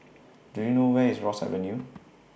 Do YOU know Where IS Ross Avenue